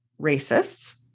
racists